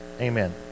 Amen